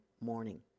morning